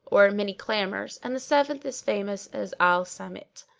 or many clamours and the seventh is famous as al-samit,